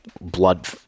Blood